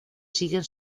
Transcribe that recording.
siguen